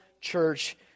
church